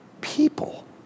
people